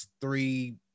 three